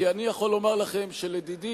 כי אני יכול לומר לכם שלדידי,